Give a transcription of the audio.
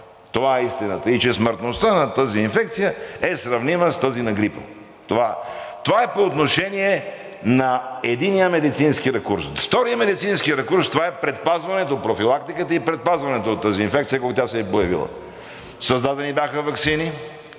Това е истината! И че смъртността на тази инфекция е сравнима с тази на грипа. Това е по отношение на единия медицински ракурс. Вторият медицински ракурс това е предпазването, профилактиката и предпазването от тази инфекция, когато тя се е появила. Създадени бяха ваксини,